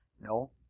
No